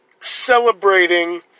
celebrating